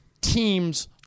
team's